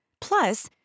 Plus